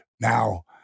Now